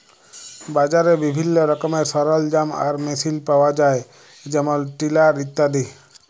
বাজারে বিভিল্ল্য রকমের সরলজাম আর মেসিল পাউয়া যায় যেমল টিলার ইত্যাদি